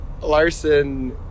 Larson